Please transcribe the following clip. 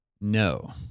No